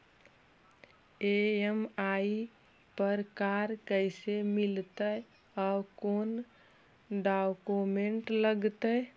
EMI पर car कैसे मिलतै औ कोन डाउकमेंट लगतै?